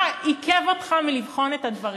מה עיכב אותך מלבחון את הדברים?